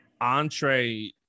Entree